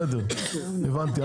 בסדר, הבנתי.